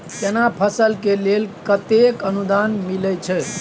केना फसल के लेल केतेक अनुदान मिलै छै?